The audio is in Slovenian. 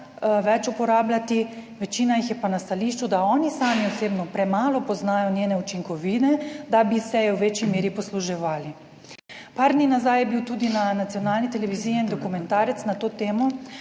več uporabljati, večina jih je pa na stališču, da oni sami osebno premalo poznajo njene učinkovine, da bi se je v večji meri posluževali. Par dni nazaj je bil tudi na nacionalni televiziji en dokumentarec na to temo,